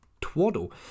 twaddle